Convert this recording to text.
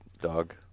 dog